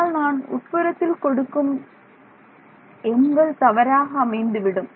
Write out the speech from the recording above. ஆனால் நான் உட்புறத்தில் கொடுக்கும் நம் எண்கள் தவறாக அமைந்துவிடும்